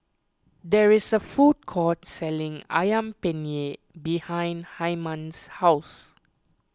there is a food court selling Ayam Penyet behind Hyman's house